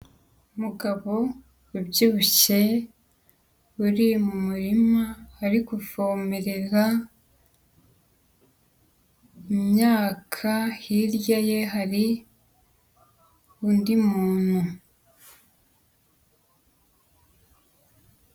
Mugabo ubyibushye uri mu murima ari kuvomerera imyaka, hirya ye hari undi muntu.